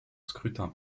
scrutin